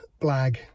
blag